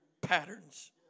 Patterns